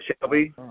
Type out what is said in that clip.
Shelby